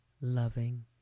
loving